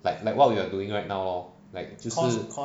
like like what we are doing right now lor like 就是